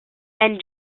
and